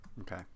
Okay